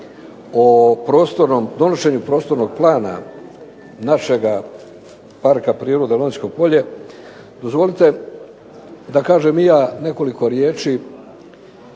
o donošenju prostornog plana našega Parka prirode Lonjsko polje dozvolite da kažem i ja nekoliko riječi